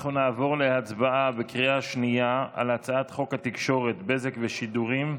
אנחנו נעבור להצבעה בקריאה שנייה על הצעת חוק התקשורת (בזק ושידורים)